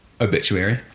obituary